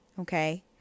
Okay